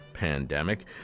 Pandemic